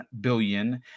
billion